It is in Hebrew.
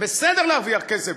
זה בסדר להרוויח כסף,